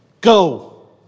Go